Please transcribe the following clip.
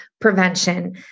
prevention